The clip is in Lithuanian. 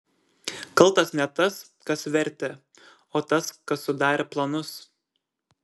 kaltas ne tas kas vertė o tas kas sudarė planus